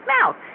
mouth